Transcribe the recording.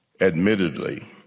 Admittedly